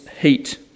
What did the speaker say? heat